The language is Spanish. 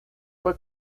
fue